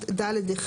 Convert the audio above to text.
ד1,